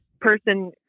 person